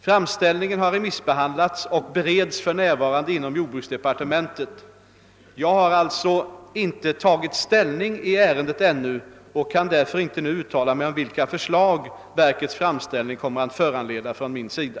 Framställningen har remissbehandlats och bereds för närvarande inom jordbruksdepartementet. Jag har alltså inte tagit ställning i ärendet ännu och kan därför inte nu uttala mig om vilka förslag verkets framställning kommer att föranleda från min sida.